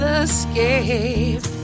escape